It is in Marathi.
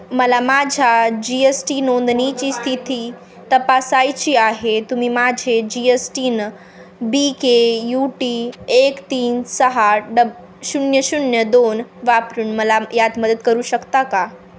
मला माझ्या जी एस टी नोंदणीची स्थिती तपासायची आहे तुम्ही माझे G S TIN B K U T एक तीन सहा डब शून्य शून्य दोन वापरून मला यात मदत करू शकता का